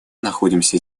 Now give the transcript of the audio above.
находимся